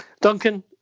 Duncan